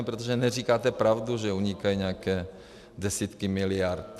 Protože neříkáte pravdu, že unikají nějaké desítky miliard.